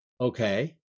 Okay